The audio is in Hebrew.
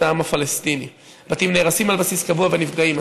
'העם הפלסטיני' 'בתים נהרסים על בסיס קבוע ונפגעים,